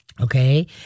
okay